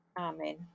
Amen